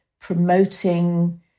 promoting